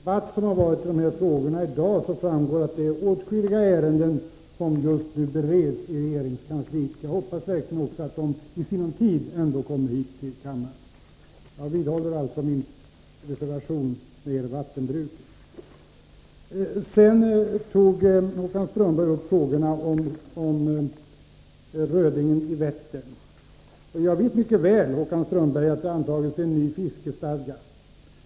Herr talman! Av den debatt om dessa frågor som har förts i dag framgår att det är åtskilliga ärenden som just nu bereds i regeringskansliet. Jag hoppas verkligen att de också i sinom tid kommer hit till kammaren. Jag vidhåller min reservation när det gäller vattenbruket. Vidare tog Håkan Strömberg upp frågorna om rödingen i Vättern. Jag vet mycket väl, Håkan Strömberg, att det har antagits en ny fiskestadga.